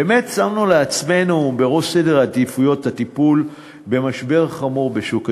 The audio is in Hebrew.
באמת שמנו לעצמנו בראש סדר העדיפויות את הטיפול במשבר החמור בשוק הדיור.